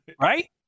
right